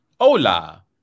Hola